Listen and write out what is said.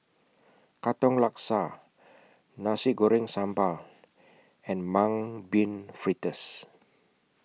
Katong Laksa Nasi Goreng Sambal and Mung Bean Fritters